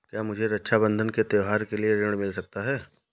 क्या मुझे रक्षाबंधन के त्योहार के लिए ऋण मिल सकता है?